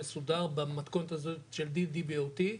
מסודר במתכונות הזו של "D.D.B.O.T"